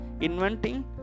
inventing